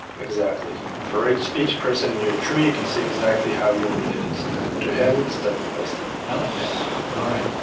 exactly. for each each person in your tree you can see exactly how you're related to helen so that placed it. i like that, all right.